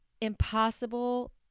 impossible